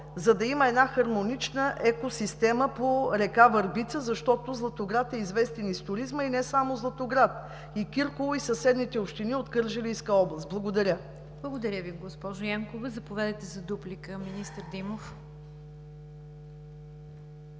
за да има една хармонична екосистема по река Върбица, защото Златоград е известен с туризма, а и не само Златоград – и Кирково, и съседните общини от Кърджалийска област. Благодаря Ви. ПРЕДСЕДАТЕЛ НИГЯР ДЖАФЕР: Благодаря Ви, госпожо Янкова. Заповядайте за дуплика, министър Димов.